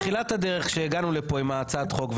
בתחילת הדרך שהגענו לפה עם הצעת החוק,